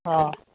অঁ